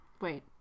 Wait